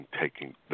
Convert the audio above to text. taking